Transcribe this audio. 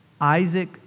Isaac